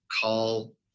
call